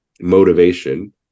motivation